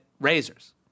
razors